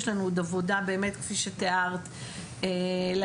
יש לנו עוד עבודה באמת כפי שתיארת להעמיק